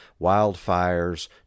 wildfires